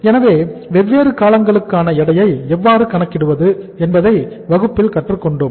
எனவே வெவ்வேறு காலங்களுக்கான எடையை எவ்வாறு கணக்கிடுவது என்பதை வகுப்பில் கற்றுக் கொண்டோம்